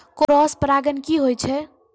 Cross परागण की होय छै?